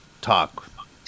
talk